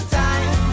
time